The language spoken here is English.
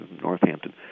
Northampton